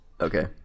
Okay